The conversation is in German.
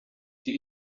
die